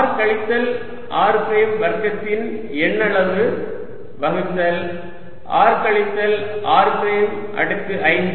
r கழித்தல் r prime வர்க்கத்தின் எண்ணளவு வகுத்தல் r கழித்தல் r பிரைம் அடுக்கு 5